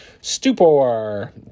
Stupor